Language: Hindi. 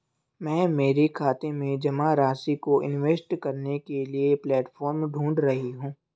मैं मेरे खाते में जमा राशि को इन्वेस्ट करने के लिए प्लेटफॉर्म ढूंढ रही हूँ